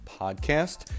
podcast